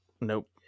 Nope